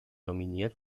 nominiert